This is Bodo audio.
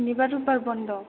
सुनिबार रबिबार बन्द'